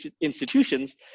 institutions